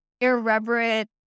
irreverent